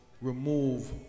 remove